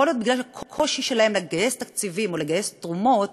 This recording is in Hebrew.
יכול להיות שבגלל הקושי שלהם לגייס תקציבים או לגייס תרומות,